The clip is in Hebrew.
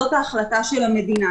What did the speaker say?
זאת ההחלטה של המדינה.